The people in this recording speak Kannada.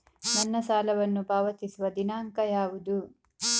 ನನ್ನ ಸಾಲವನ್ನು ಪಾವತಿಸುವ ದಿನಾಂಕ ಯಾವುದು?